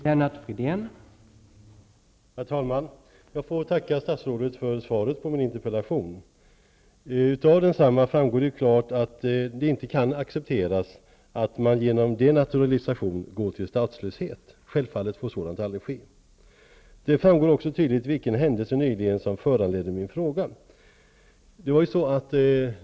Herr talman! Jag får tacka statsrådet för svaret på min interpellation. Av svaret framgår det ju klart att det inte kan accepteras att man genom denaturalisation går till statslöshet. Självfallet får sådant aldrig ske. Det framgår också tydligt vilken händelse nyligen som föranledde min interpellation.